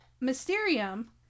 Mysterium